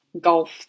golf